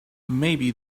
maybe